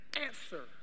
answer